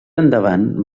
endavant